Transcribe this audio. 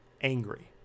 angry